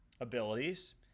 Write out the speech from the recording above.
abilities